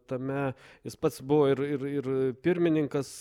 tame jis pats buvo ir ir ir pirmininkas